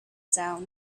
sound